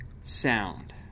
sound